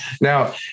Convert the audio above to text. now